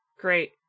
great